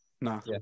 No